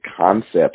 concepts